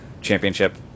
Championship